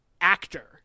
actor